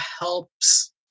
helps